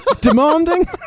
Demanding